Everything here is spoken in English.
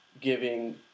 giving